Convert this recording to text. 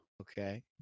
okay